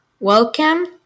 Welcome